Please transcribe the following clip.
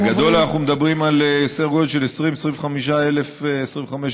בגדול אנחנו מדברים על סדר גודל של 20,000 25,000 בקשות,